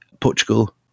Portugal